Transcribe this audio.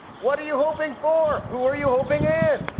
what do you hoping for? who are you hoping it?